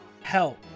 help